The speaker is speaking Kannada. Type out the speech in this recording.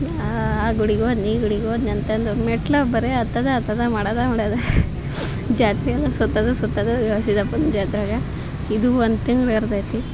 ಆ ಗುಡಿಗೆ ಹೋದ್ನಿ ಈ ಗುಡಿಗೆ ಹೋದ್ನಿ ಅಂತಂದು ಮೆಟ್ಟಿಲ ಬರೀ ಹತ್ತದೆ ಹತ್ತದು ಮಾಡದೇ ಮಾಡದು ಜಾತ್ರೆಯಾಗ ಸುತ್ತದೆ ಸುತ್ತದು ಗವಿ ಸಿದ್ಧಪ್ಪನ ಜಾತ್ರೆಯಾಗ ಇದು ಒಂದು ತಿಂಗ್ಳು ಇರ್ತೈತಿ